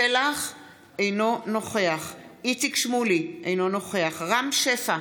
אינו נוכח איציק שמולי, אינו נוכח רם שפע,